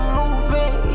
moving